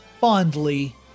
fondly